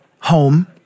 home